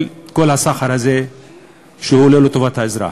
את כל הסחר הזה שהוא לא לטובת האזרח.